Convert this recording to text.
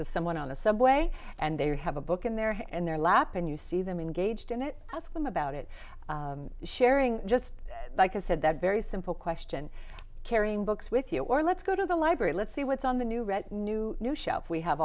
to someone on the subway and they have a book in their in their lap and you see them engaged in it ask them about it sharing just like i said that very simple question carrying books with you or let's go to the library let's see what's on the new read new new shelf we have